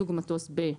(סוג מטוס), ב-...